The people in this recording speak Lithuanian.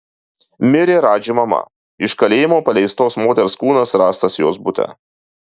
mirė radži mama iš kalėjimo paleistos moters kūnas rastas jos bute